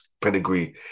pedigree